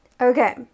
Okay